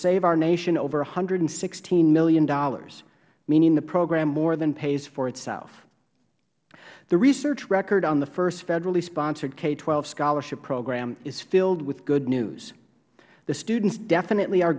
save our nation over one hundred and sixteen dollars million meaning the program more than pays for itself the research record on the first federally sponsored k twelve scholarship program is filled with good news the students definitely are